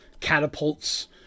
catapults